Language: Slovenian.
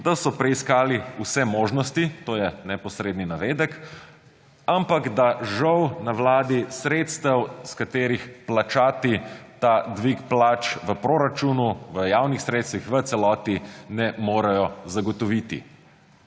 da »so preiskali vse možnosti«, to je neposredni navedek, »ampak da žal na Vladi sredstev, iz katerih plačati ta dvig plač, v proračunu, v javnih sredstvih v celoti ne morejo zagotoviti«.